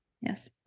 yes